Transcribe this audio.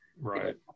Right